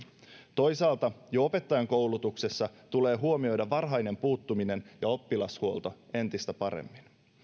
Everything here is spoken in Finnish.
toisaalta jo opettajankoulutuksessa tulee huomioida varhainen puuttuminen ja oppilashuolto entistä paremmin